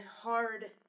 hard